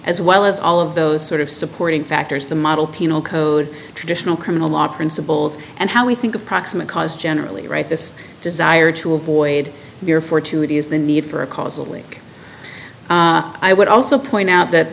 as well as all of those sort of supporting factors the model penal code traditional criminal law principles and how we think of proximate cause generally right this desire to avoid your fortuity is the need for a causal link i would also point out that